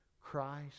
Christ